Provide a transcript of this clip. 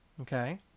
Okay